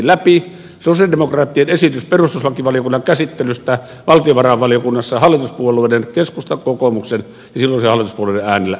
sosi alidemokraattien esitys perustuslakivaliokunnan käsittelystä valtiovarainvaliokunnassa hallituspuolueiden keskustan kokoomuksen ja silloisten hallituspuolueiden äänillä estettiin